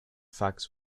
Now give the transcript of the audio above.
facts